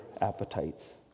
appetites